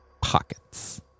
pockets